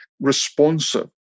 responsive